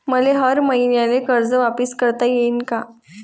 मले हर मईन्याले कर्ज वापिस करता येईन का?